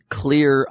clear